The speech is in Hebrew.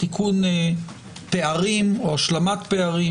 השלמת פערים,